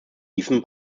diesem